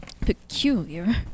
Peculiar